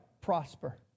prosper